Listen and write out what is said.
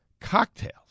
Cocktails